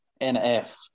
NF